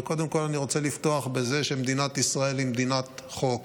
וקודם כול אני רוצה לפתוח בזה שמדינת ישראל היא מדינת חוק,